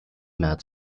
märz